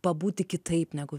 pabūti kitaip negu